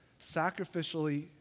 sacrificially